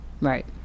Right